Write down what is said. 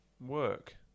work